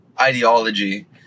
ideology